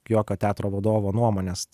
jokio teatro vadovo nuomonės